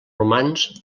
romans